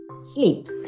Sleep